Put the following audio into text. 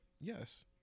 yes